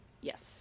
Yes